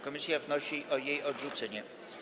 Komisja wnosi o jej odrzucenie.